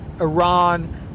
iran